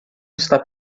está